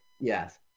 Yes